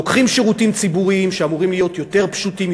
לוקחים שירותים ציבוריים שאמורים להיות יותר פשוטים,